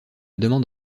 demande